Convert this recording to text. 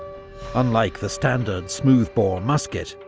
unlike the standard smoothbore musket,